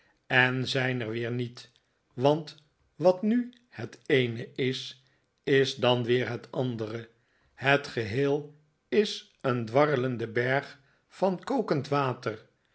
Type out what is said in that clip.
en zijn er weer niet want wat nu het eene is is dan weer het andere het geheel is een dwarrelende berg van kokend water